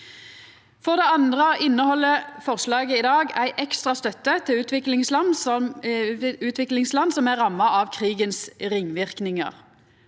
For det andre inneheld forslaget i dag ei ekstra støtte til utviklingsland som er ramma av krigens ringverknader.